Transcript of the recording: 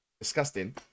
disgusting